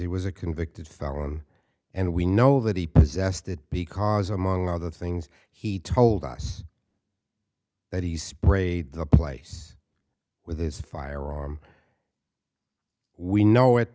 he was a convicted felon and we know that he possessed it because among other things he told us that he sprayed the place with his firearm we know it